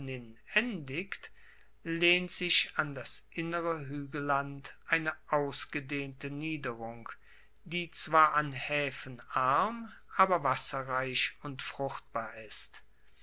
endigt lehnt sich an das innere huegelland eine ausgedehnte niederung die zwar an haefen arm aber wasserreich und fruchtbar ist